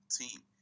team